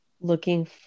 looking